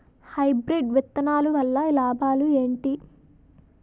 Hybrid విత్తనాలు వల్ల లాభాలు ఏంటి?